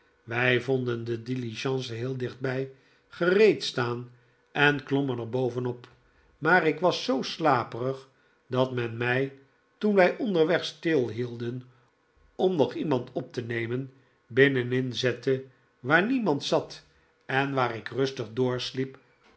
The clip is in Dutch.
wij vonden de diligence heel dichtbij gereed staan en klommen er bovenop maar ik was zoo slaperig dat men mij toen wij onderweg stilhielden om nog iemand op te nemen binnenin zette waar niemand zat en waar ik rustig